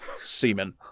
Semen